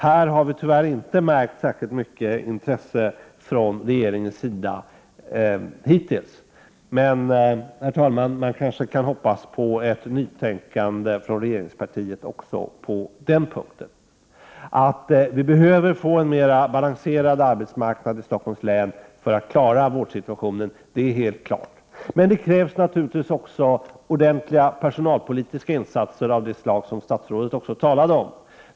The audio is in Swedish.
Härvidlag har vi tyvärr inte hittills märkt något särskilt intresse från regeringen. Men, herr talman, man kanske kan hoppas på ett nytänkande från regeringspartiet också på det området. Att vi behöver få en mer balanserad arbetsmarknad i Stockholms län för att klara vårdsituationen står helt klart. Men det krävs naturligtvis också ordentliga personalpolitiska insatser av det slag som också statsrådet talade om.